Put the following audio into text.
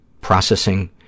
processing